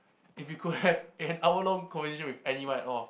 if you could have an hour long conversation with anyone at all